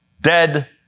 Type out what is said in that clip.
dead